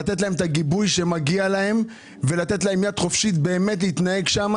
לתת להם את הגיבוי שמגיע להם ולתת להם יד חופשית באמת להתנהג שם